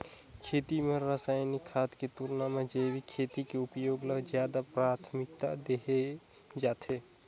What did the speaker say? खेती म रसायनिक खाद के तुलना म जैविक खेती के उपयोग ल ज्यादा प्राथमिकता देहे जाथे